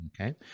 Okay